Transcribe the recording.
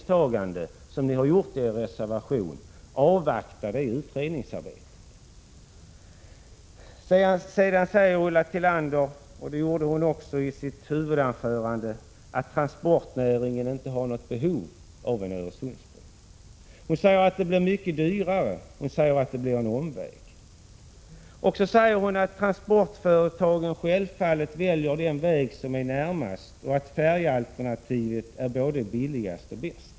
Men just det senare har ni gjort i er reservation. "> Ulla Tillander säger — och det gjorde hon också i sitt huvudanförande — att transportnäringen inte har något behov av en Öresundsbro. Hon säger att det blir mycket dyrare och en omväg samt att transportföretagen självfallet väljer den väg som är närmast och att färjealternativet är både billigast och bäst.